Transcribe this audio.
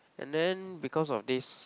and then because of this